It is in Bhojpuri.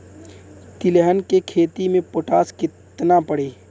तिलहन के खेती मे पोटास कितना पड़ी?